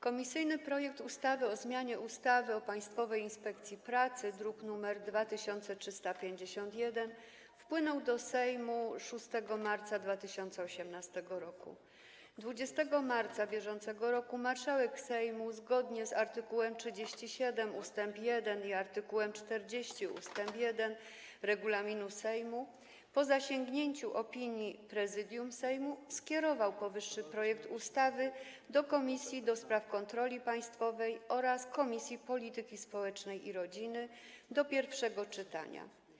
Komisyjny projekt ustawy o zmianie ustawy o Państwowej Inspekcji Pracy, druk nr 2351, wpłynął do Sejmu 6 marca 2018 r. 20 marca br. marszałek Sejmu, zgodnie z art. 37 ust. 1 i art. 40 ust. 1 regulaminu Sejmu, po zasięgnięciu opinii Prezydium Sejmu, skierował powyższy projekt ustawy do Komisji do Spraw Kontroli Państwowej oraz Komisji Polityki Społecznej i Rodziny do pierwszego czytania.